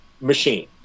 machine